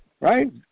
right